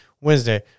Wednesday